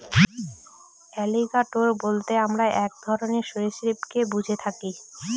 alligator বলতে আমরা এক ধরনের সরীসৃপকে বুঝে থাকি